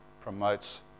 Promotes